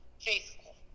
faithful